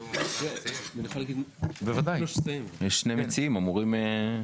יש שני מציעים שאמורים.